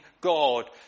God